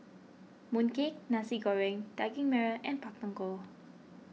Mooncake Nasi Goreng Daging Merah and Pak Thong Ko